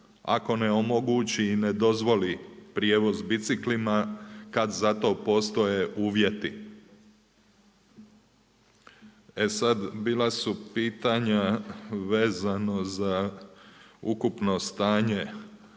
ako ne omogući i ne dozvoli prijevoz biciklima kad za to postoje uvjeti. E sad, bila su pitanja vezano za ukupno stanje